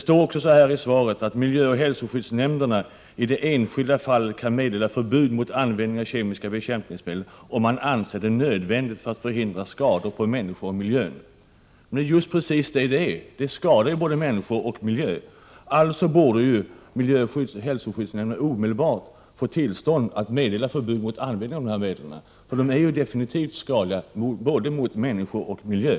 I svaret står det att miljöoch hälsoskyddsnämnderna i det enskilda fallet kan meddela förbud mot användning av kemiska bekämpningsmedel, om man anser det nödvändigt för att förhindra skada på människor eller på miljön. Ja, det är precis vad det hela handlar om. Sådana här medel skadar alltså både människor och miljö. Därför borde miljöoch hälsoskyddsnämnderna omedelbart få tillstånd att meddela förbud mot användning av dessa medel. De är avgjort skadliga för både människor och miljö.